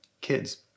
kids